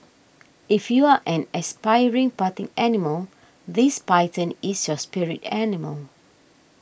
if you're an aspiring party animal this python is your spirit animal